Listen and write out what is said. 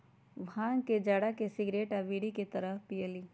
भांग के जरा के सिगरेट आ बीड़ी के तरह पिअईली